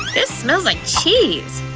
this smells like cheese!